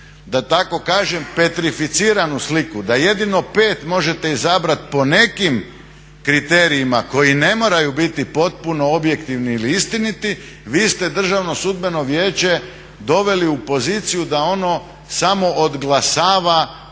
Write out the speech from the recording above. da tako kažem petrificiranu sliku, da jedino 5 možete izabrati po nekim kriterijima koji ne moraju biti potpuno objektivni ili istiniti vi ste Državno sudbeno vijeće doveli u poziciju da ono samo odglasava